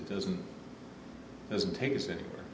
it doesn't doesn't take us anywhere